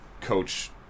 coach